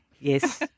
Yes